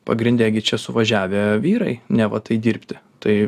pagrinde gi čia suvažiavę vyrai neva tai dirbti tai